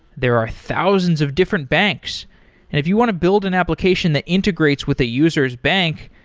there are thousands of different banks and if you want to build an application that integrates with a user's bank,